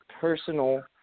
personal